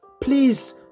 please